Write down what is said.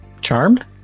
Charmed